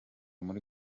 muri